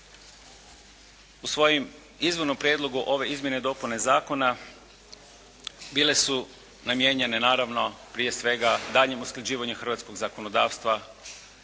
U svojem izvornom prijedlogu ove izmjene i dopune zakona bile su namijenjene naravno prije svega daljnjem usklađenju hrvatskog zakonodavstva